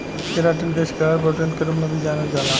keratin के scleral protein के रूप में भी जानल जाला